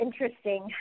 interesting